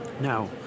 Now